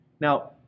Now